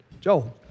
Joe